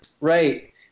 right